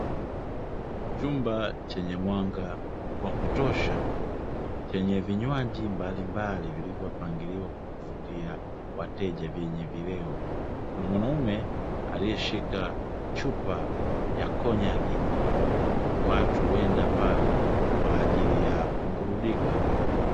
Chumba chenye mwanga wa kutosha chenye vinywaji mbalimbali vilivyopangiliwa kwa kuvutia wateja vyenye vileo. Mwanaume aliyeshika chupa ya konyagi .Watu huenda pale kwaajili ya kuburudika.